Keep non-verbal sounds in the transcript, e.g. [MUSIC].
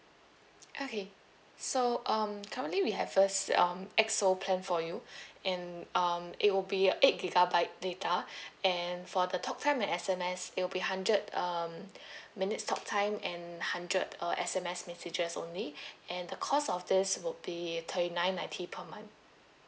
okay so um currently we have this um X O plan for you [BREATH] and um it will be a eight gigabyte data [BREATH] and for the talk time and S_M_S it will be hundred um [BREATH] minutes talk time and hundred uh S_M_S messages only [BREATH] and the cost of this will be thirty nine ninety per month